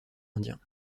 indiens